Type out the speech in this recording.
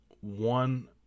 one